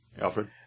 Alfred